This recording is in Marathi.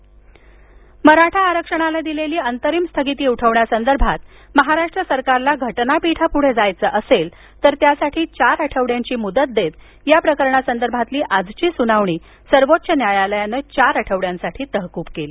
मराठा आरक्षण मराठा आरक्षणाला दिलेली अंतरिम स्थगिती उठवण्यासंदर्भात महाराष्ट्र सरकारला घटनापीठापुढे जायचं असेल तर त्यासाठी चार आठवड्यांची मुदत देत या प्रकरणा संदर्भातली आजची सुनावणी सर्वोच्च न्यायालयानं चार आठवड्यांसाठी तहकुब केली